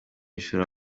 ishuri